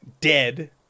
Dead